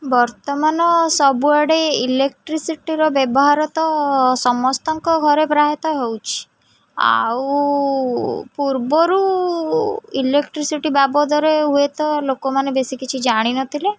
ବର୍ତ୍ତମାନ ସବୁଆଡ଼େ ଇଲେକ୍ଟ୍ରିସିଟିର ବ୍ୟବହାର ତ ସମସ୍ତଙ୍କ ଘରେ ପ୍ରାୟତଃ ହେଉଛି ଆଉ ପୂର୍ବରୁ ଇଲେକ୍ଟ୍ରିସିଟି ବାବଦରେ ହୁଏ ତ ଲୋକମାନେ ବେଶୀ କିଛି ଜାଣିନଥିଲେ